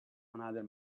another